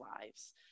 lives